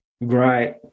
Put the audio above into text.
Right